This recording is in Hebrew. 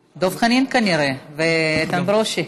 דב חנין, כנראה, ואיתן ברושי.